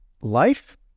life